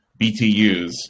BTUs